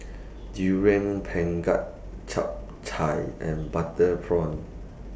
Durian Pengat Chap Chai and Butter Prawn